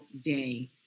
day